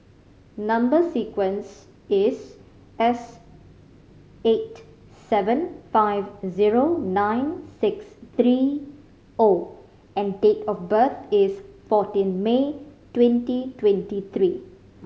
number sequence is S eight seven five zero nine six three O and date of birth is fourteen May twenty twenty three